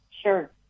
Sure